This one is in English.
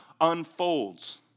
unfolds